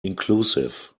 inclusive